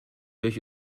durch